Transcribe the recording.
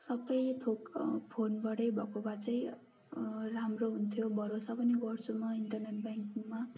सबै थोक फोनबाटै भएको भए चाहिँ राम्रो हुन्थ्यो भरोसा पनि गर्छु म इन्टरनेट ब्याङ्किकमा